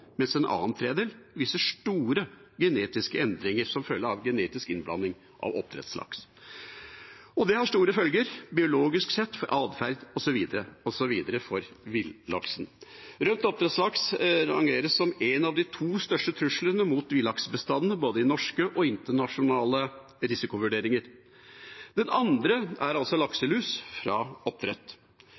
mens en annen tredjedel viser store genetiske endringer som følge av genetisk innblanding av oppdrettslaks. Det har store følger biologisk sett for atferd osv., osv. for villaksen. Rømt oppdrettslaks rangeres som en av de to største truslene mot villaksbestanden både i norske og i internasjonale risikovurderinger. Det andre er lakselus fra oppdrett.